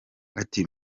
ati